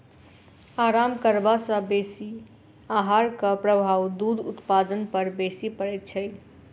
आराम करबा सॅ बेसी आहारक प्रभाव दूध उत्पादन पर बेसी पड़ैत छै